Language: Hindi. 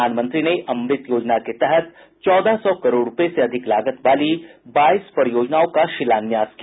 प्रधानमंत्री ने अमृत योजना के तहत चौदह सौ करोड़ रुपये से अधिक लागत वाली बाईस परियोजनाओं का शिलान्यास भी किया